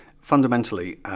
fundamentally